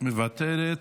מוותרת,